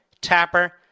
Tapper